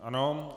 Ano.